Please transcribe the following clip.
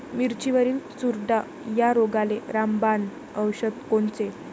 मिरचीवरील चुरडा या रोगाले रामबाण औषध कोनचे?